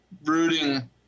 brooding